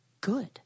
good